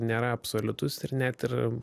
nėra absoliutus ir net ir